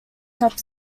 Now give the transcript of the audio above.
top